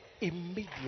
immediately